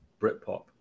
Britpop